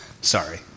Sorry